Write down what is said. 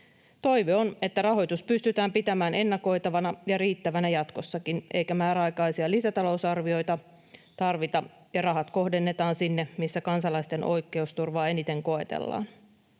Toive on, että rahoitus pystytään pitämään ennakoitavana ja riittävänä jatkossakin eikä määräaikaisia lisätalousarvioita tarvita ja rahat kohdennetaan sinne, missä kansalaisten oikeusturvaa eniten koetellaan.